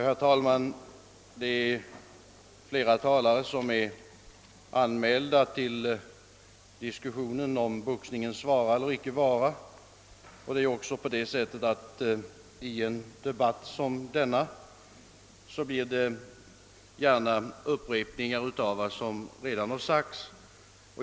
Herr talman! Det är flera talare anmälda till diskussionen om boxningens vara eller icke vara. I en debatt som denna blir det vidare gärna upprepningar av vad som redan har sagts.